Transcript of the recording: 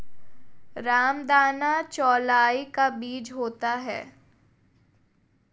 रामदाना चौलाई का बीज होता है